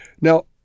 Now